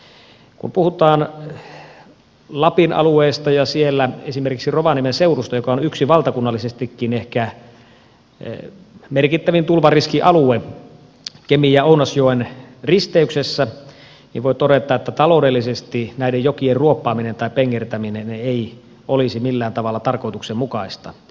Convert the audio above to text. kun puhutaan lapin alueesta ja siellä esimerkiksi rovaniemen seudusta joka on yksi valtakunnallisestikin ehkä merkittävin tulvariskialue kemi ja ounasjoen risteyksessä niin voi todeta että taloudellisesti näiden jokien ruoppaaminen tai pengertäminen ei olisi millään tavalla tarkoituksenmukaista